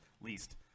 least